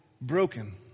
broken